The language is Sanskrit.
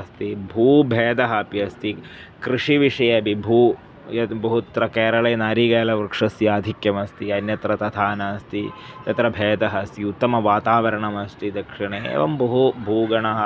अस्ति भूभेदः अपि अस्ति कृषिविषये अपि भू यद् बहुत्र केरले नारिकेलवृक्षस्य आधिक्यमस्ति अन्यत्र तथा नास्ति तत्र भेदः अस्ति उत्तमवातावरणमस्ति दक्षिणे एवं बहु भूगणः